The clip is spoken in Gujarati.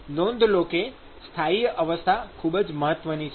નોંધ લો કે સ્થાયી અવસ્થા ખૂબ જ મહત્વની છે